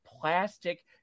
plastic